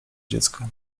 dziecka